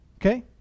Okay